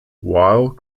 while